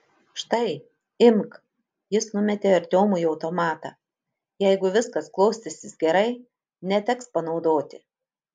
štai imk jis numetė artiomui automatą jeigu viskas klostysis gerai neteks panaudoti